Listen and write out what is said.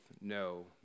no